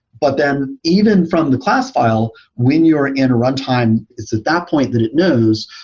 but then even from the class fi le, when you're in runtime, it's at that point that it knows,